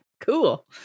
cool